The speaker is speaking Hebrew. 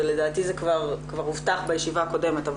ולדעתי זה כבר הובטח בישיבה הקודמת,